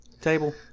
table